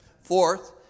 Fourth